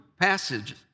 passage